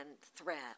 threat